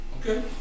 Okay